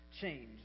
change